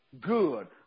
good